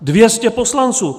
Dvě stě poslanců.